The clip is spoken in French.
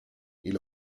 ils